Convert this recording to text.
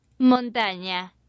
Montaña